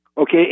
Okay